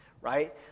right